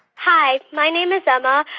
hi, my name is emma.